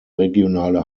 regionale